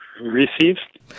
received